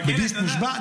ביביסט מושבע.